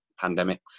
pandemics